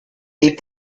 est